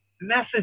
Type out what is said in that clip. message